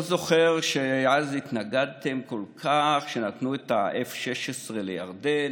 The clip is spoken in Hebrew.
זוכר שאז התנגדתם כל כך כשנתנו את ה-F-16 לירדן